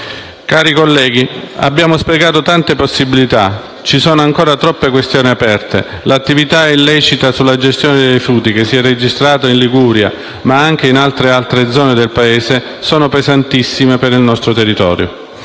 Cari colleghi, abbiamo sprecato tante possibilità e ci sono ancora troppe questioni aperte. L'attività illecita sulla gestione dei rifiuti che si è registrata in Liguria, ma anche in altre zone del Paese è un fatto pesantissimo per il nostro territorio.